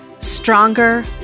stronger